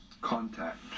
contact